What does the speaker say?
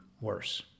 worse